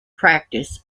practice